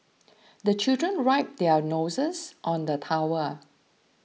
the children wipe their noses on the towel